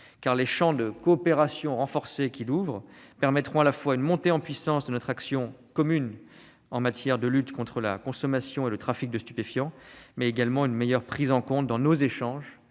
les champs de coopération renforcée qu'il ouvre permettront à la fois une montée en puissance de notre action commune en matière de lutte contre la consommation et le trafic de stupéfiants et une meilleure prise en compte dans nos échanges